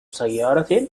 سيارة